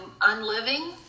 unliving